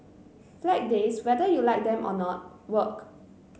Flag Days whether you like them or not work